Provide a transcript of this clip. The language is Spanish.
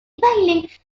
bailes